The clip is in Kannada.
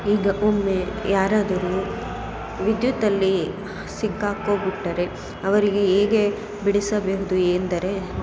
ಈಗ ಒಮ್ಮೆ ಯಾರಾದರು ವಿದ್ಯುತ್ತಲ್ಲಿ ಸಿಕ್ಕಾಕೋಬಿಟ್ಟರೆ ಅವರಿಗೆ ಹೇಗೆ ಬಿಡಿಸಬಹುದು ಎಂದರೆ